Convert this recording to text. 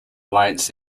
lights